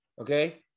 okay